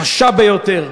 קשה ביותר.